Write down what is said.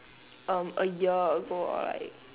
a a year ago or like